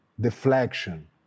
deflection